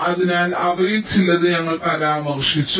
അതിനാൽ അവയിൽ ചിലത് ഞങ്ങൾ പരാമർശിച്ചു